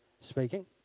speaking